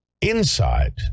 Inside